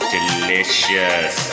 Delicious